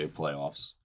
playoffs